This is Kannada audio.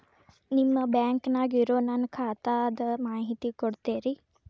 ನಿಮ್ಮ ಬ್ಯಾಂಕನ್ಯಾಗ ಇರೊ ನನ್ನ ಖಾತಾದ ಮಾಹಿತಿ ಕೊಡ್ತೇರಿ?